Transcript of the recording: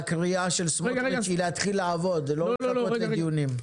הקריאה של סמוטריץ' היא להתחיל לעבוד ולא לחכות לדיונים.